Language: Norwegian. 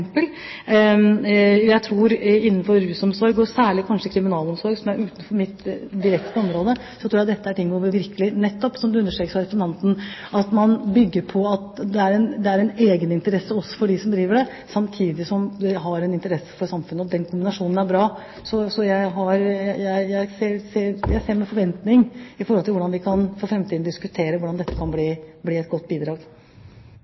Innenfor rusomsorg og særlig innenfor kriminalomsorg, som er utenfor mitt direkte område, tror jeg det er viktig, nettopp som det understrekes fra representanten, at man bygger på at det er en egeninteresse hos dem som driver det, samtidig som det har en interesse for samfunnet. Den kombinasjonen er bra. Så jeg ser med forventning fram til hvordan vi for framtiden kan diskutere hvordan dette kan